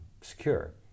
secure